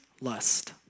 lust